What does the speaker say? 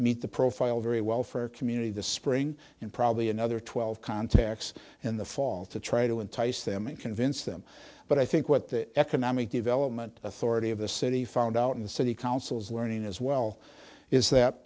meet the profile very well for our community this spring and probably another twelve contacts in the fall to try to entice them and convince them but i think what the economic development authority of the city found out in the city councils learning as well is that